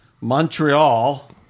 Montreal